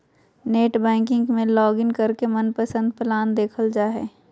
net banking में login करके मनपसंद प्लान देखल जा हय